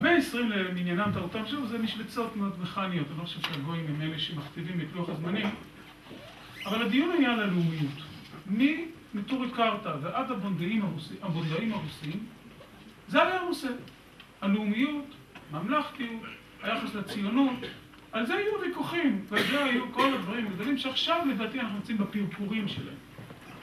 המאה ה-20 למיניינם תורתם, שוב, ‫זה משבצות מאוד מכאניות. ‫אני לא חושב שהגויים הם אלה ‫שמכתיבים את לוח הזמנים, ‫אבל הדיון היה על הלאומיות. ‫מנטורי קרטא ועד הבונדאים הרוסים, ‫זה היה רוסיה. ‫הלאומיות, הממלכתיות, ‫היחס לציונות, על זה היו ויכוחים, ‫ועל זה היו כל הדברים הגדולים ‫שעכשיו, לדעתי, ‫אנחנו נמצאים בפירפורים שלהם.